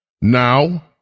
Now